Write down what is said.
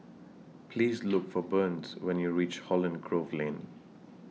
Please Look For Burns when YOU REACH Holland Grove Lane